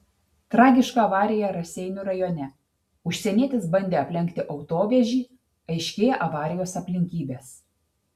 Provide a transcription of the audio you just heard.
tragiška avarija raseinių rajone užsienietis bandė aplenkti autovežį aiškėja avarijos aplinkybės